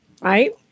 right